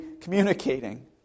communicating